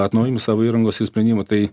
atnaujinti savo įrangos ir sprendimų tai